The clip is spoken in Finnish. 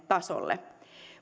tasolle